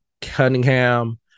Cunningham